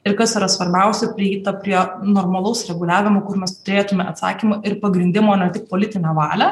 ir kas yra svarbiausia prieita prie normalaus reguliavimo kur mes turėtume atsakymą ir pagrindimą o ne tik politinę valią